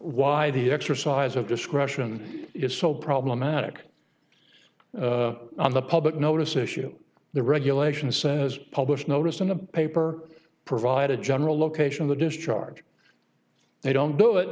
why the exercise of discretion is so problematic on the public notice issue the regulation says publish notice in the paper provide a general location of the discharge they don't do